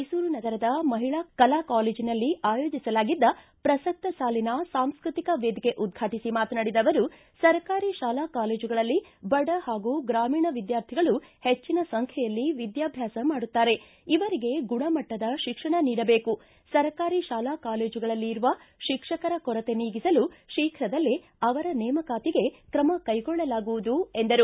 ಮೈಸೂರು ನಗರದ ಮಹಿಳಾ ಕಲಾ ಕಾಲೇಜಿನಲ್ಲಿ ಆಯೋಜಿಸಲಾಗಿದ್ದ ಪ್ರಸಕ್ತ ಸಾಲಿನ ಸಾಂಸ್ಕೃತಿಕ ವೇದಿಕೆ ಉದ್ಘಾಟಿಸ ಮಾತನಾಡಿದ ಅವರು ಸರ್ಕಾರಿ ಶಾಲಾ ಕಾಲೇಜುಗಳಲ್ಲಿ ಬಡ ಹಾಗೂ ಗ್ರಾಮೀಣ ವಿದ್ಯಾರ್ಥಿಗಳು ಹೆಚ್ಚಿನ ಸಂಖ್ಯೆಯಲ್ಲಿ ವಿದ್ಯಾಭ್ಯಾಸ ಮಾಡುತ್ತಾರೆ ಇವರಿಗೆ ಗುಣಮಟ್ಟದ ಶಿಕ್ಷಣ ನೀಡಬೇಕು ಸರ್ಕಾರಿ ಶಾಲಾ ಕಾಲೇಜುಗಳಲ್ಲಿ ಇರುವ ಶಿಕ್ಷಕರ ಕೊರತೆ ನೀಗಿಸಲು ಶೀಘ್ರದಲ್ಲೇ ಅವರ ನೇಮಕಾತಿಗೆ ಕ್ರಮ ಕೈಗೊಳ್ಳಲಾಗುವುದು ಎಂದರು